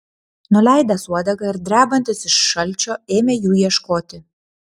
nuleidęs uodegą ir drebantis iš šalčio ėmė jų ieškoti